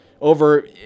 over